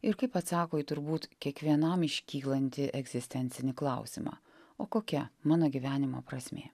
ir kaip atsako į turbūt kiekvienam iškylantį egzistencinį klausimą o kokia mano gyvenimo prasmė